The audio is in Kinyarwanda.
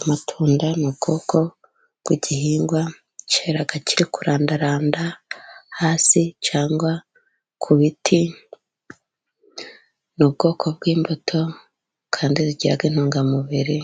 Amatunda ni ubwoko bw'igihingwa cyera kirandaranda hasi cyangwa ku biti, ni ubwoko bw'imbuto kandi zigira intungamubiri,